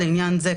לעניין זה,